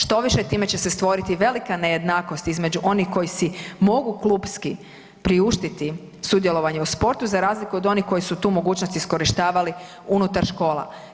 Štoviše, time će se stvoriti velika nejednakost između onih koji si mogu klupski priuštiti sudjelovanje u sportu, za razliku od onih koji su tu mogućnost iskorištavali unutar škola.